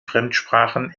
fremdsprachen